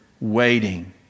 waiting